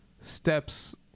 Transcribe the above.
steps